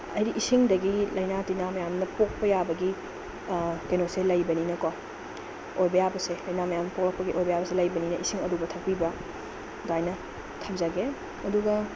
ꯍꯥꯏꯗꯤ ꯏꯁꯤꯡꯗꯒꯤ ꯂꯩꯅꯥ ꯇꯤꯟꯅꯥ ꯃꯌꯥꯝ ꯑꯃ ꯄꯣꯛꯄ ꯌꯥꯕꯒꯤ ꯀꯩꯅꯣꯁꯦ ꯂꯩꯕꯅꯤꯅ ꯀꯣ ꯑꯣꯏꯕ ꯌꯥꯕꯁꯦ ꯂꯩꯅꯥ ꯃꯌꯥꯝ ꯄꯣꯛꯂꯛꯄꯒꯤ ꯑꯣꯏꯕ ꯌꯥꯕꯁꯦ ꯂꯩꯕꯅꯤꯅ ꯏꯁꯤꯡ ꯑꯔꯨꯕ ꯊꯛꯄꯤꯕ ꯑꯗꯨꯃꯥꯏꯅ ꯊꯝꯖꯒꯦ ꯑꯗꯨꯒ